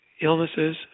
illnesses